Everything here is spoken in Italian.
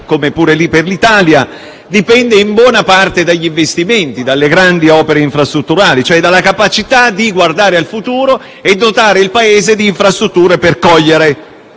e la competitività dipendono in buona parte dagli investimenti, dalle grandi opere infrastrutturali, cioè dalla capacità di guardare al futuro e dotare il Paese di infrastrutture per cogliere